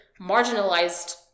marginalized